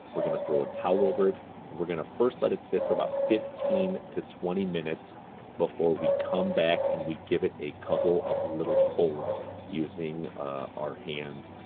we're gonna throw a towel over it. and we're gonna first let it sit for about fifteen to twenty minutes before we come back and we give it a couple of little folds using our hands.